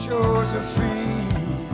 Josephine